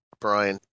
Brian